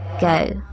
Go